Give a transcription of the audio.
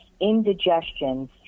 indigestion